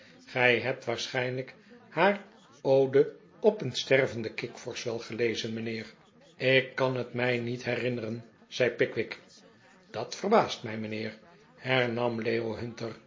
gij hebt waarschijnlijk haar ode op een stervenden kikvorsch wel gelezen mijnheer ik kan het mij niet herinneren zei pickwick dat verbaast mij mijnheer hernam